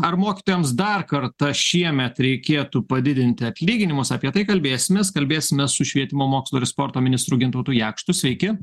ar mokytojams dar kartą šiemet reikėtų padidinti atlyginimus apie tai kalbės mes kalbėsime su švietimo mokslo ir sporto ministru gintautu jakštu sveiki